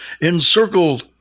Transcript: encircled